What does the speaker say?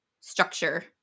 structure